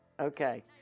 Okay